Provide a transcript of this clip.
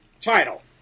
title